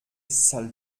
sale